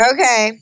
Okay